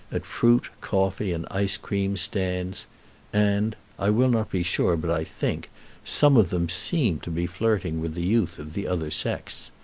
at fruit, coffee, and ice-cream stands and i will not be sure, but i think some of them seemed to be flirting with the youth of the other sex.